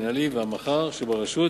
המינהלי והמח"ר שברשות.